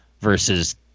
versus